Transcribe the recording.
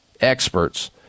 experts